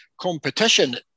competition